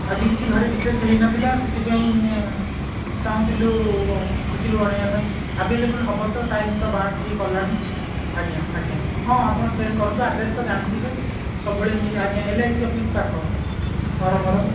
ଆଜି କିଛି ଘରେ ବିଶେଷ ହେଇନଥିଲା ସେଥିପାଇଁ ଏଁ ଚାହୁଁଥିଲୁ ଖୁସିରୁ ଅଣେଇବା ପାଇଁ ଆଭେଲେବୁଲ୍ ହେବ ତ ଟାଇମ୍ ତ ବାଟ ଟିକିଏ କଲାଣି ଆଜ୍ଞା ଆଜ୍ଞା ହଁ ଆପଣ ସେଣ୍ଡ କରନ୍ତୁ ଆଡ଼୍ରେସ୍ ତ ଜାଣିଥିବେ ସବୁବେଳେ ନିଏ ଆଜ୍ଞା ଏଲ ଆଇ ସି ଅଫିସ୍ ପାଖ ଘର ମୋର